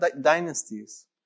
dynasties